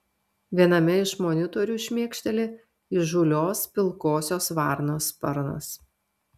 viename iš monitorių šmėkšteli įžūlios pilkosios varnos sparnas